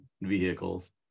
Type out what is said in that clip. vehicles